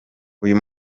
uyu